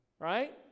right